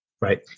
Right